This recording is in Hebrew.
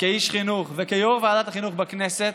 כאיש חינוך וכיו"ר ועדת החינוך בכנסת,